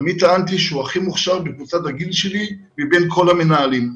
תמיד טענתי שהוא הכי מוכשר בקבוצת הגיל שלי מבין כל המנהלים.